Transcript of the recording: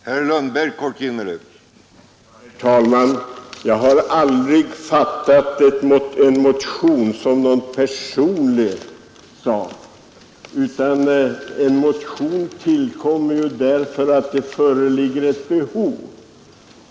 Herr talman! Jag har aldrig betraktat en motion som något personligt, utan en motion tillkommer därför att det föreligger ett behov.